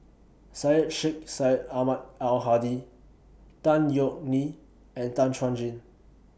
Syed Sheikh Syed Ahmad Al Hadi Tan Yeok Nee and Tan Chuan Jin